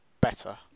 better